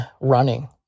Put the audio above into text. running